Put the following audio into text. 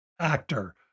actor